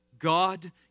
God